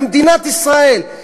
במדינת ישראל,